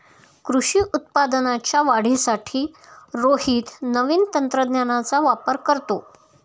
कृषी उत्पादनाच्या वाढीसाठी रोहित नवीन तंत्रज्ञानाचा वापर करतो